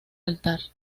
altar